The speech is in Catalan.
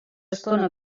estona